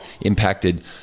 impacted